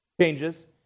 changes